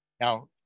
now